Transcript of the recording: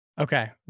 Okay